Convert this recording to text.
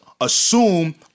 assume